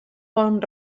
bon